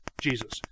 Jesus